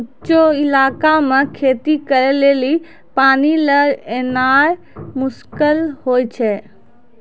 ऊंचो इलाका मे खेती करे लेली पानी लै गेनाय मुश्किल होय छै